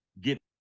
get